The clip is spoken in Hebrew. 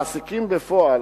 מעסיקים בפועל